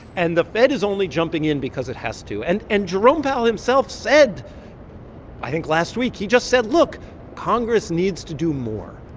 and the fed is only jumping in because it has to and and jerome powell himself said i think last week, he just said, look congress needs to do more.